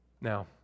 Now